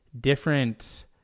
different